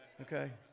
okay